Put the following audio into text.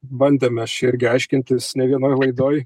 bandėm mes čia irgi aiškintis ne vienoj laidoj